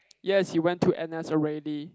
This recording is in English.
yes he went to n_s already